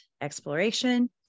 exploration